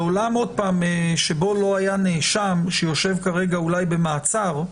בעולם שבו לא היה נאשם שיושב כרגע במעצר,